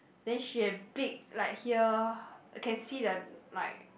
then she big like here can see the like